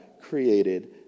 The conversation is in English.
created